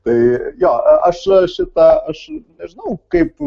tai jo aš šitą aš nežinau kaip